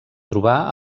trobar